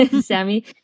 Sammy